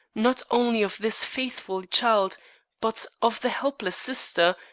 not only of this faithful child but of the helpless sister,